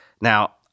Now